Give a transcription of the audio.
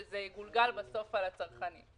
שזה יגולגל בסוף על הצרכנים.